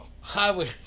Highway